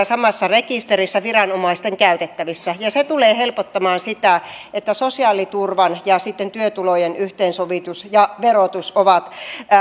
samassa rekisterissä viranomaisten käytettävissä ja se tulee helpottamaan sitä että sosiaaliturvan ja sitten työtulojen yhteensovitus ja verotus ovat